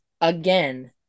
again